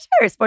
sure